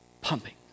pumping